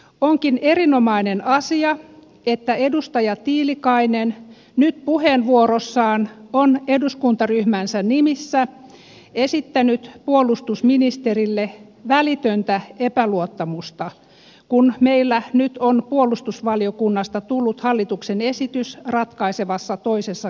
onkin erinomainen asia että edustaja tiilikainen nyt puheenvuorossaan on eduskuntaryhmänsä nimissä esittänyt puolustusministerille välitöntä epäluottamusta kun meillä nyt on puolustusvaliokunnasta tullut hallituksen esitys ratkaisevassa toisessa käsittelyssä